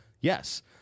Yes